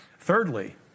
Thirdly